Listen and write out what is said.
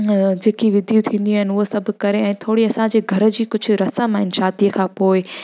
जेकी विधियूं थींदियूं आहिनि उहे सभु करे ऐं थोरी असां जेकी घर जी कुझ रसम आहिनि शादीअ खां पोइ